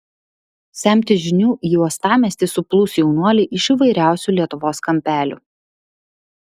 semtis žinių į uostamiestį suplūs jaunuoliai iš įvairiausių lietuvos kampelių